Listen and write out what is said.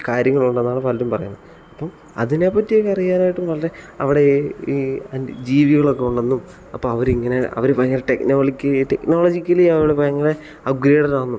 കാര്യങ്ങൾ ഉണ്ടെന്നാണ് പലരും പറയുന്നത് അപ്പം അതിനെ പറ്റി അറിയാനായിട്ടും വളരെ അവിടെ ഇ ഇ അന്യ ജീവികൾ ഒക്കെ ഉണ്ടെന്നും അപ്പോൾ അവർ ഇങ്ങനെ അവർ ഭയങ്കര ടെക്നോലിക്ക് ടെക്നോളജികലി ആൾ ഭയങ്കര അപ്ഗ്രേഡഡ് ആണെന്നും